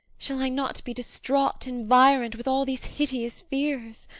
shall i not be distraught, environed with all these hideous fears?